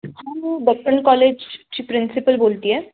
हां मी बच्चन कॉलेजची प्रिन्सिपल बोलत आहे